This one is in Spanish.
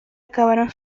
acabaron